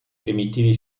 primitivi